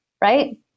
right